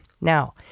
Now